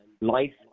life